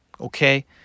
Okay